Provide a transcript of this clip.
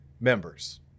members